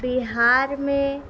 بہار میں